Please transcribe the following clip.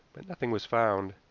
nothing was found,